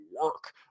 Work